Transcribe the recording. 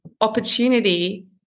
opportunity